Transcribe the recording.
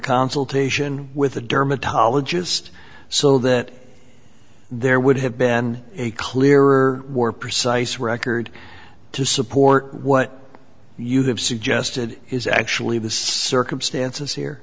consultation with a dermatologist so that there would have been a clearer more precise record to support what you have suggested is actually the circumstances here